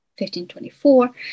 1524